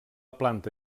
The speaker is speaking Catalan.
planta